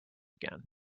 again